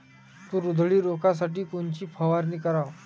तूर उधळी रोखासाठी कोनची फवारनी कराव?